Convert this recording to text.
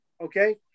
okay